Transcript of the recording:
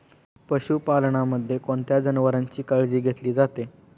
पशुपालनामध्ये कोणत्या जनावरांची काळजी घेतली जाते?